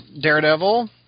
Daredevil